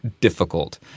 difficult –